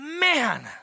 Man